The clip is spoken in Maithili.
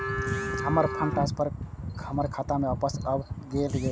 हमर फंड ट्रांसफर हमर खाता में वापस आब गेल या